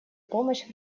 помощь